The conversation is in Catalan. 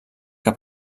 que